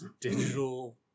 Digital